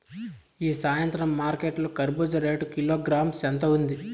ఈ సాయంత్రం మార్కెట్ లో కర్బూజ రేటు కిలోగ్రామ్స్ ఎంత ఉంది?